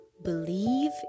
believe